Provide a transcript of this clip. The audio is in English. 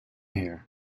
here